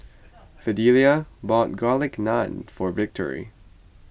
Fidelia bought Garlic Naan for Victory